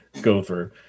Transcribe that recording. go-through